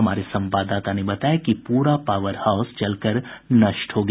हमारे संवाददाता ने बताया कि पूरा पावर हाउस जलकर नष्ट हो गया